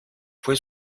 fue